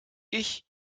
ich